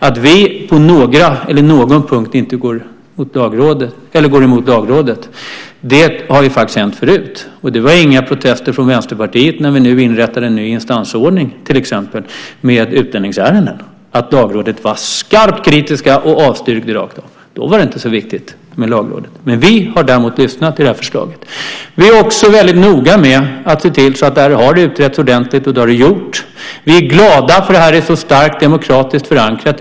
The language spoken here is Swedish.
Att vi på någon punkt går emot Lagrådet har faktiskt hänt förut. Det var inga protester från Vänsterpartiet när vi till exempel inrättade en ny instansordning för utlänningsärenden. Då var Lagrådet skarpt kritiskt och avstyrkte rakt av. Då var det inte så viktigt med Lagrådet. Vi har däremot lyssnat till det här förslaget. Vi har också varit väldigt noga med att se till att detta har utretts ordentligt, och det har det gjort. Vi är glada att det är så starkt demokratiskt förankrat.